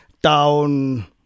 down